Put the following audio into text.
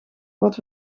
wat